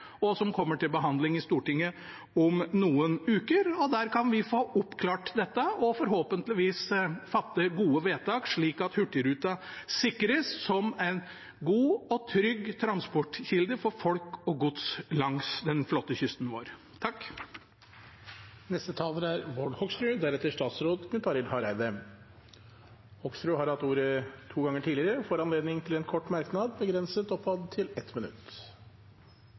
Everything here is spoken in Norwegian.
og som kommer til behandling i Stortinget om noen uker. Der kan vi få oppklart dette og forhåpentligvis fatte gode vedtak, slik at Hurtigruten sikres som en god og trygg transportkilde for folk og gods langs den flotte kysten vår. Representanten Bård Hoksrud har hatt ordet to ganger tidligere og får ordet til en kort merknad, begrenset til 1 minutt.